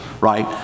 right